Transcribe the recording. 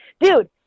Dude